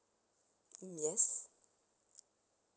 mm yes